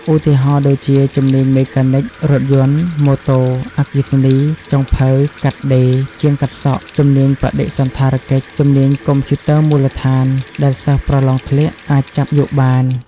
ឧទាហរណ៍ដូចចជា ជំនាញ មេកានិច រថយន្ត/ម៉ូតូ អគ្គិសនី ចុងភៅ កាត់ដេរ ជាងកាត់សក់ ជំនាញបដិសណ្ឋារកិច្ច ជំនាញកុំព្យូទ័រមូលដ្ឋាន ដែលសិស្សប្រឡងធ្លាក់អាចចាប់យកបាន។